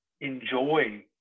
enjoy